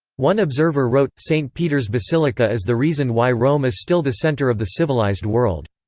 one observer wrote st peter's basilica is the reason why rome is still the center of the civilized world.